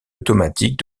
automatiques